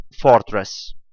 fortress